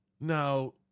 now